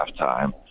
halftime